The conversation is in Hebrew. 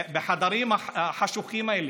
בחדרים החשוכים האלה,